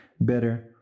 better